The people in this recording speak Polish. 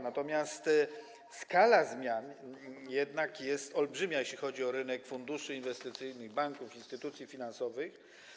Natomiast skala zmian jednak jest olbrzymia, jeśli chodzi o rynek funduszy inwestycyjnych, banków, instytucji finansowych.